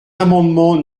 amendement